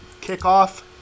kickoff